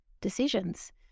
decisions